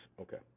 Okay